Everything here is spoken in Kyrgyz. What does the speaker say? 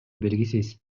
белгисиз